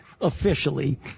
officially